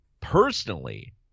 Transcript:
personally